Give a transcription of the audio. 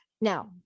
Now